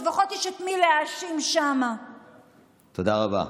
חברת הכנסת שרן השכל, תודה רבה.